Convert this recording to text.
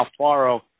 Alfaro